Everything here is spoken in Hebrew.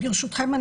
ברשותכם,